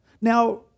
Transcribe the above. Now